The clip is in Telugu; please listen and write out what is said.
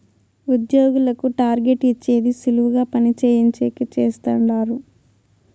ఉద్యోగులకు టార్గెట్ ఇచ్చేది సులువుగా పని చేయించేది చేస్తండారు